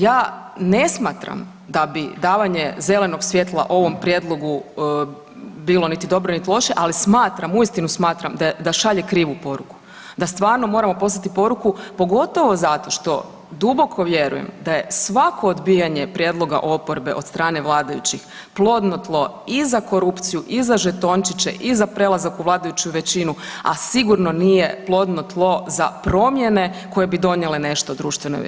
Ja ne smatram da bi davanje zelenog svjetla ovom prijedlogu bilo niti dobro, niti loše, ali smatram, uistinu smatram da šalje krivu poruku, da stvarno moramo poslati poruku, pogotovo zato što duboko vjerujem da je svako odbijanje prijedloga oporbe od strane vladajućih plodno tlo i za korupciju i za žetončiće i za prelazak u vladajuću većinu, a sigurno nije plodno tlo za promjene koje bi donijele nešto društvenoj većini.